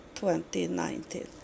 2019